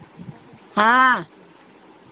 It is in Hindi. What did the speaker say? हाँ